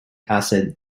acid